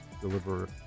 deliver